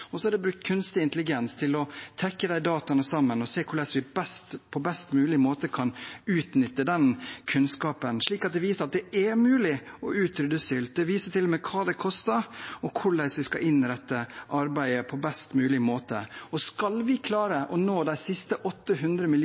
det er brukt kunstig intelligens til å trekke dataene sammen og se på hvordan vi på best mulig måte kan utnytte den kunnskapen. Det viser at det er mulig å utrydde sult. Det viser til og med hva det koster, og hvordan vi skal innrette arbeidet på best mulig måte. Skal vi klare å nå de siste 800